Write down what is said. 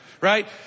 right